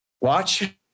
Watch